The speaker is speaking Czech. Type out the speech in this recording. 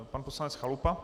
Pan poslanec Chalupa.